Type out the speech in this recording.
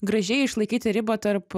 gražiai išlaikyti ribą tarp